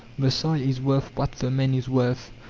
the soil is worth what the man is worth,